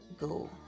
Go